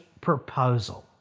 proposal